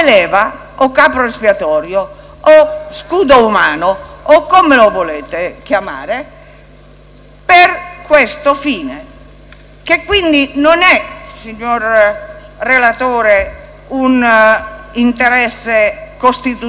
per questo fine che quindi non è, signor relatore, un interesse costituzionalmente rilevante. È semplicemente in opera una ragion di Governo,